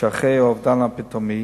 שאחרי האובדן הפתאומי,